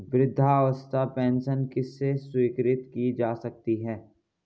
वृद्धावस्था पेंशन किसे स्वीकृत की जा सकती है?